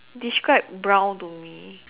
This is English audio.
describe brown to me